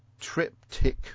triptych